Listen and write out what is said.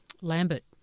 Lambert